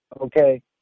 Okay